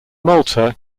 malta